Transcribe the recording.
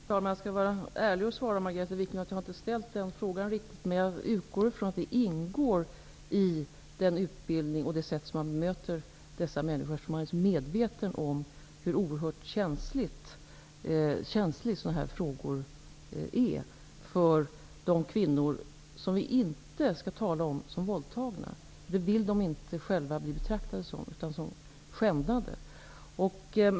Fru talman! Jag skall ärligt svara Margareta Viklund att jag inte har undersökt den saken, men jag utgår från att man vid förläggningar och slussar är medveten om hur oerhört känsliga sådana här frågor är och att information om detta därför ingår i personalens utbildning och att man också tar hänsyn till det vid bemötandet av dessa kvinnor, som vi inte skall tala om som våldtagna, vilket de själva inte vill bli betraktade som, utan som skändade.